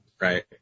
Right